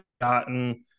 gotten